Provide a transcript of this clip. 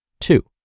Two